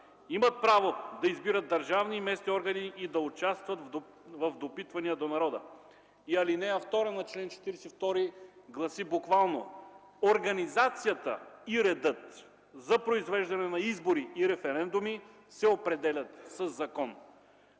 имат право да избират държавни и местни органи и да участват в допитвания до народа”. И ал. 2 на чл. 42 гласи буквално: „Организацията и редът за произвеждане на избори и референдуми се определят със закон”.